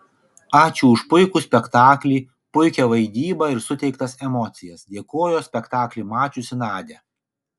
ačiū už puikų spektaklį puikią vaidybą ir suteiktas emocijas dėkojo spektaklį mačiusi nadia